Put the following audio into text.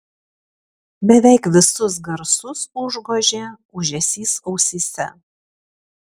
beveik visus garsus užgožė ūžesys ausyse